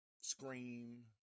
Scream